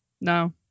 No